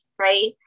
right